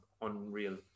unreal